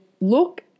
look